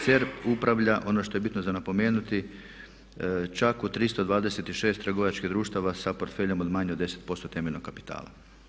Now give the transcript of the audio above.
CERP upravlja, ono što je bitno za napomenuti čak u 326 trgovačkih društava sa portfeljom od manje od 10% temeljnog kapitala.